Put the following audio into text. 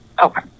Okay